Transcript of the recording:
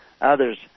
others